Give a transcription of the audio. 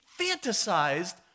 fantasized